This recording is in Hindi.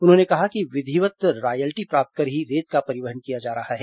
उन्होंने कहा कि विधिवत् रॉयल्टी प्राप्त कर ही रेत का परिवहन किया जा रहा है